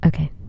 Okay